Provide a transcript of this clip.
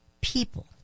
People